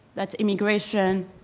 that's immigration,